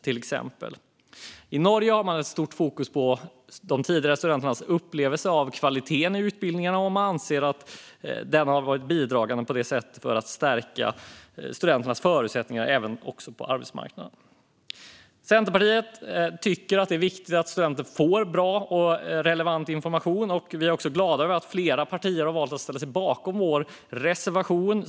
I Norge har man stort fokus på tidigare studenters upplevelse av kvaliteten i utbildningarna och om de anser att den har bidragit till att stärka deras förutsättningar på arbetsmarknaden. Centerpartiet tycker att det är viktigt att studenter får bra och relevant information. Vi är därför glada över att flera partier har valt att ställa sig bakom vår reservation.